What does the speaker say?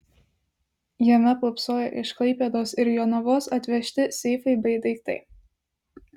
jame pūpsojo iš klaipėdos ir jonavos atvežti seifai bei daiktai